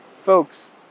folks